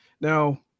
Now